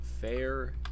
fair